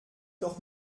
doch